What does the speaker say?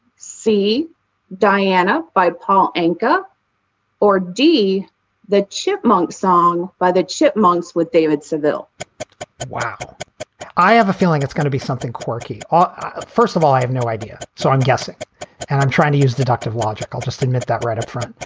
see diana. by paul anka or d the chipmunk song by the chipmunks with david seville wow i have a feeling it's gonna be something quirky. ah ah first of all, i have no idea. so i'm guessing and i'm trying to use deductive logic. i'll just admit that right up front.